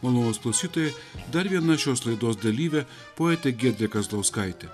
malonūs klausytojai dar viena šios laidos dalyvė poetė giedrė kazlauskaitė